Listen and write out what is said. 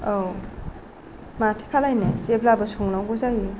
औ माथो खालायनो जेब्लाबो संनांगौ जायो